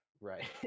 Right